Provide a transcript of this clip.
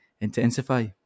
intensify